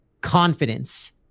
confidence